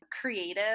creative